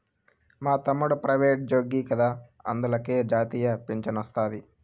మా తమ్ముడు ప్రైవేటుజ్జోగి కదా అందులకే జాతీయ పింఛనొస్తాది